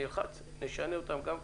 נלחץ ונשנה אותם גם כן.